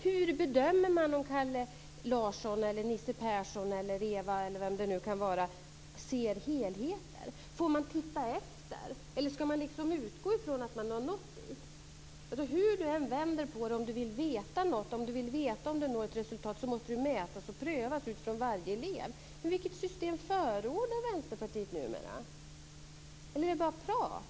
Hur bedömer man om Kalle Larsson eller Nisse Persson ser helheten? Får man titta efter, eller ska man liksom utgå ifrån att man har nått dit? Hur man än vänder på det är det så att om man vill veta om man nått ett resultat måste det mätas och prövas utifrån varje elev. Vilket system förordar Vänsterpartiet numera? Är det bara prat?